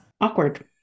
awkward